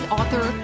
author